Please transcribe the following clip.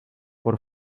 por